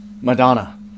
Madonna